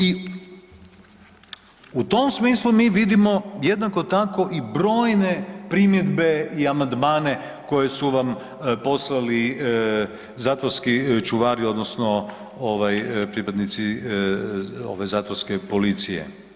I u tom smislu mi vidimo jednako tako i brojne primjedbe i amandmane koji su vam poslali zatvorski čuvari odnosno ovaj pripadnici ove zatvorske policije.